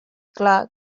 clar